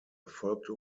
erfolgte